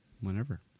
whenever